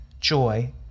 joy